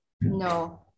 No